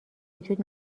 وجود